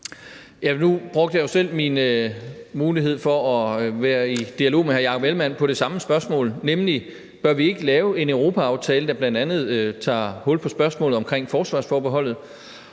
Nu brugte jeg jo selv min mulighed for at være i dialog med hr. Jakob Ellemann-Jensen på det samme spørgsmål, nemlig: Bør vi ikke lave en europaaftale, der bl.a. tager hul på spørgsmålet omkring forsvarsforbeholdet,